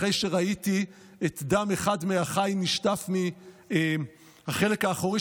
אחרי שראיתי את דם אחד מאחיי נשטף מהחלק האחורי